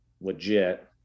legit